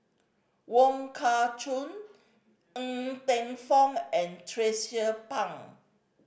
Wong Kah Chun Ng Teng Fong and Tracie Pang